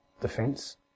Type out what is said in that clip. defense